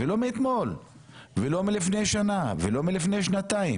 לא מאתמול ולא מלפני שנה או שנתיים.